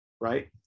right